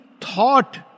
thought